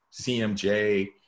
CMJ